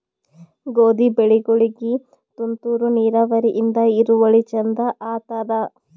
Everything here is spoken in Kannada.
ಗೋಧಿ ಬೆಳಿಗೋಳಿಗಿ ತುಂತೂರು ನಿರಾವರಿಯಿಂದ ಇಳುವರಿ ಚಂದ ಆತ್ತಾದ?